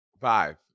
Five